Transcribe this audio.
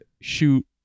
shoot